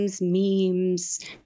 memes